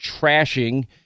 trashing